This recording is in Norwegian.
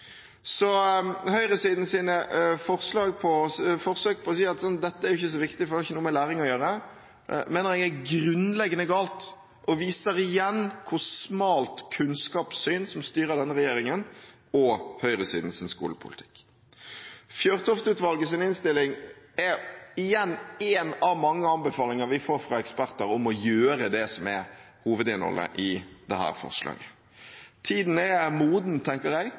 Så høyresidens forsøk på å si at dette ikke er så viktig, for det har ikke noe med læring å gjøre, mener jeg er grunnleggende galt og viser igjen hvor smalt kunnskapssynet som styrer denne regjeringen og høyresidens skolepolitikk, er. Fjørtoft-utvalgets innstilling er én av mange anbefalinger vi får fra eksperter om å gjøre det som er hovedinnholdet i dette forslaget. Tiden er moden